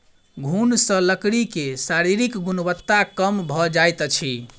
घुन सॅ लकड़ी के शारीरिक गुणवत्ता कम भ जाइत अछि